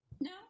No